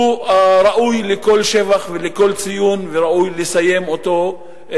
שהוא ראוי לכל שבח ולכל ציון, וראוי לסיים אותו,